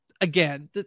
again